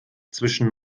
zwischen